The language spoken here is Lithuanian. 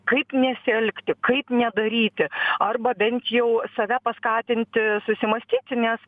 kaip nesielgti kaip nedaryti arba bent jau save paskatinti susimąstyti nes